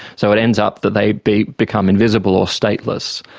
so it ends up that they they become invisible or stateless.